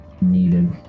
needed